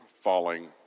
falling